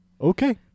Okay